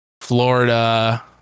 Florida